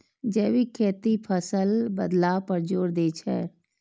जैविक खेती फसल बदलाव पर जोर दै छै